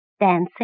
Dancing